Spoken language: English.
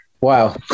Wow